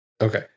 Okay